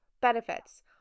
benefits